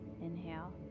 Inhale